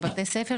בבתי ספר